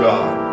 God